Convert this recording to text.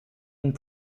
and